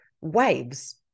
waves